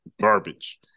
garbage